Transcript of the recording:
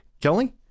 Kelly